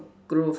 girl